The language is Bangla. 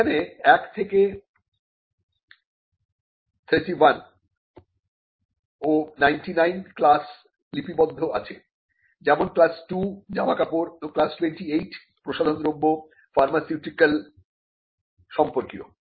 সেখানে 1 থেকে 31 ও 99 ক্লাস লিপিবদ্ধ আছে যেমন ক্লাস টু জামাকাপড় ও ক্লাস টুয়েন্টি এইট প্রসাধন দ্রব্য ফার্মাসিউটিক্যাল ল্প সম্পর্কীয়